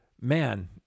man